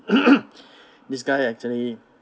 this guy actually